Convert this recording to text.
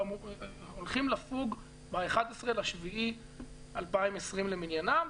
והם הולכים לפוג ב-11 ביולי 2020 למניינם,